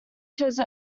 chose